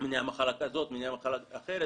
מניעת מחלה כזו, מניעת מחלה אחרת.